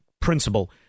principle